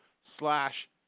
slash